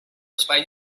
espai